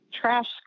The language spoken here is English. trash